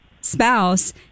spouse